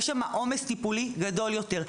יש שם עומס טיפולי גדול יותר.